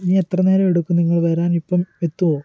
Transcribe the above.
ഇനി എത്ര നേരം എടുക്കും നിങ്ങൾ വരാൻ ഇപ്പം എത്തുമോ